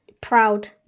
Proud